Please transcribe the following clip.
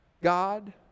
God